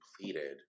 completed